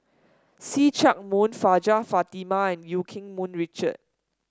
See Chak Mun Hajjah Fatimah and Eu Keng Mun Richard